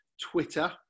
Twitter